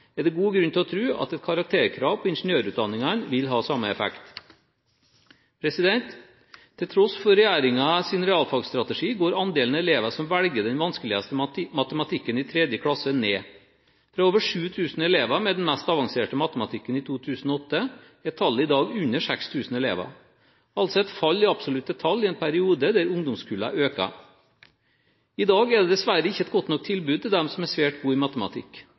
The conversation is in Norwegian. er det god grunn til å tro at et karakterkrav til ingeniørutdanningene vil ha samme effekt. Til tross for regjeringens realfagsstrategi går andelen elever som velger den vanskeligste matematikken i tredje krasse, ned. Fra over 7 000 elever med den mest avanserte matematikken i 2008, er tallet i dag under 6 000 elever. Det er altså et fall i absolutte tall i en periode der ungdomskullene øker. I dag er det dessverre ikke et godt nok tilbud til dem som er svært gode i matematikk.